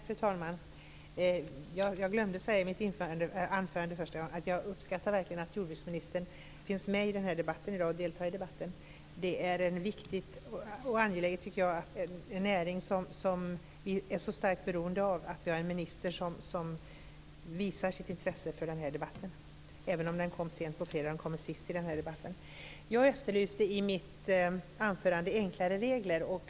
Fru talman! Jag glömde att säga i mitt anförande att jag verkligen uppskattar att jordbruksministern deltar i debatten här i dag. När debatten handlar om en näring som vi är så starkt beroende av tycker jag att det är angeläget att vi har en minister som visar sitt intresse för debatten, även om den kom sent på fredagen, sist i den allmänpolitiska debatten. Jag efterlyste i mitt anförande enklare regler.